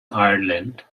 ireland